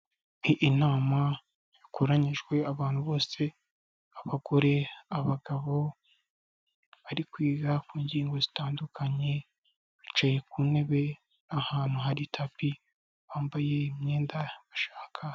Ni inama yakoranyijwe, abantu bose abagore, abagabo, bari kwiga ku ngingo zitandukanye, bicaye ku ntebe ahantu hari tapi bambaye imyenda bashaka.